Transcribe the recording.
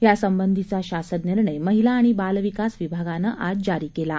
यासंबंधीचा शासन निर्णय महिला आणि बाल विकास विभागानं आज जारी केला आहे